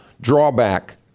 drawback